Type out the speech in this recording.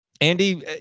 Andy